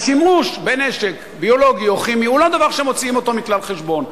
השימוש בנשק ביולוגי או כימי הוא לא דבר שמוציאים אותו מכלל חשבון,